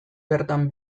bertan